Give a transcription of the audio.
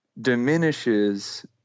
diminishes